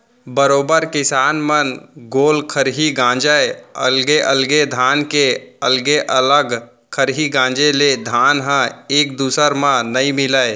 बरोबर किसान मन गोल खरही गांजय अलगे अलगे धान के अलगे अलग खरही गांजे ले धान ह एक दूसर म नइ मिलय